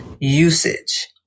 usage